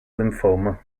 lymphoma